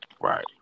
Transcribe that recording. Right